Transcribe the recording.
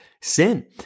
sin